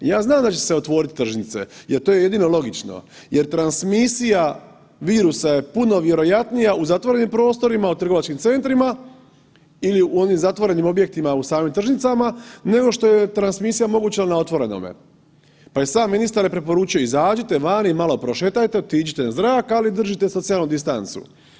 Ja znam da će se otvorit tržnice jer to je jedino logično jer transmisija virusa je puno vjerojatnija u zatvorenim prostorima, u trgovačkim centrima ili u onim zatvorenim objektima u samim tržnicama, nego što je transmisija moguća na otvorenome, pa je i sam ministar preporučio izađite van i malo prošetajte, otiđite na zrak, ali držite socijalnu distancu.